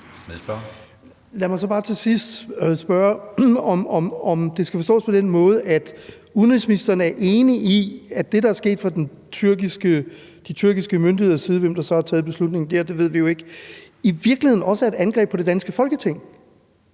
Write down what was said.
Lad mig så bare til sidst spørge, om det skal forstås på den måde, at udenrigsministeren er enig i, at det, der er sket fra de tyrkiske myndigheders side – hvem der så har taget beslutningen der, ved vi jo ikke – i virkeligheden også er et angreb på det danske Folketing.